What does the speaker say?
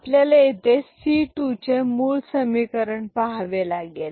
आपल्याला येथे सिटूचे मूळ समीकरण पाहावे लागेल